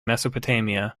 mesopotamia